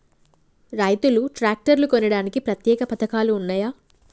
రైతులు ట్రాక్టర్లు కొనడానికి ప్రత్యేక పథకాలు ఉన్నయా?